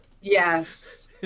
Yes